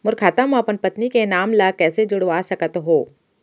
मोर खाता म अपन पत्नी के नाम ल कैसे जुड़वा सकत हो?